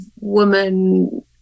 woman